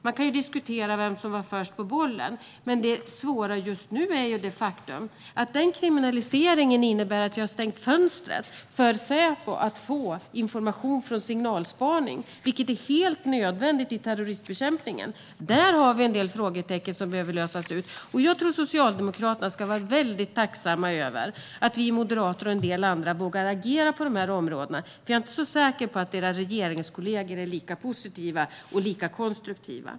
Man kan diskutera vem som var först på bollen, men det svåra just nu är det faktum att kriminaliseringen innebär att vi har stängt fönstret för Säpo att få information från signalspaning, vilket är helt nödvändigt i terroristbekämpningen. Där finns en del frågetecken som behöver rätas ut. Socialdemokraterna ska vara tacksamma för att vi moderater och en del andra vågar agera på områdena. Jag är inte så säker på att era regeringskollegor är lika positiva och lika konstruktiva.